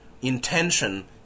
intention